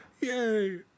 Yay